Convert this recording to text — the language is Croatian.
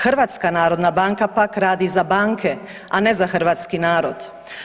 HNB pak radi za banke, a ne za hrvatski narod.